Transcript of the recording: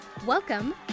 Welcome